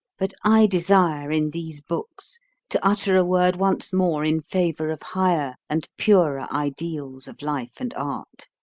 but i desire in these books to utter a word once more in favour of higher and purer ideals of life and art.